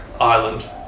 Island